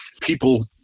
people